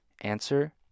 Answer